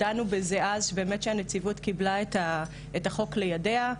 דנו בזה אז כשהנציבות באמת קיבלה את החוק לידיה.